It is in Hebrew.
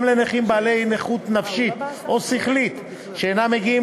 גם לנכים בעלי נכות נפשית או שכלית שאינם מגיעים